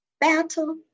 battle